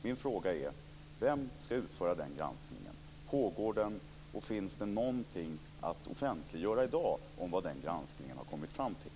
Mina frågor är: Vem ska utföra den granskningen? Pågår den, och finns det någonting att offentliggöra i dag om vad man i den granskningen har kommit fram till?